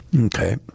Okay